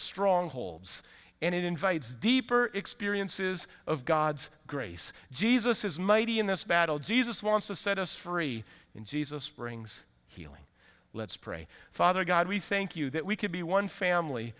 strongholds and it invites deeper experiences of god's grace jesus is mighty in this battle jesus wants to set us free in jesus brings healing let's pray father god we think you that we could be one family